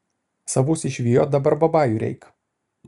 savus išvijo dabar babajų reik